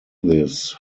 this